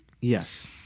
Yes